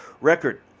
record